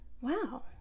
wow